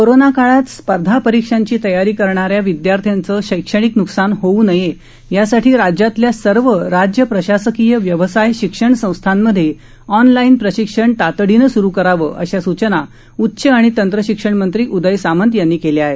corona काळात स्पर्धा परीक्षांची तयारी करणाऱ्या विदयार्थ्यांचं शैक्षणिक नुकसान होऊ नये यासाठी राज्यातल्या सर्व राज्य प्रशासकीय व्यवसाय शिक्षण संस्थांमध्ये ऑनलाईन प्रशिक्षण तातडीनं सुरू करावं अशा सूचना उच्च आणि तंत्र शिक्षण मंत्री उदय सामंत यांनी केल्या आहेत